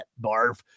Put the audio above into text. barf